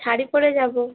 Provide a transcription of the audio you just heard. শাড়ি পরে যাবো